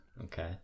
okay